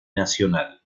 nacional